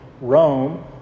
Rome